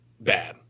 bad